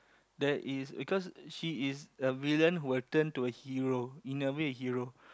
there is because she is a villain who will turn to a hero in a way a hero